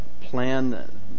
plan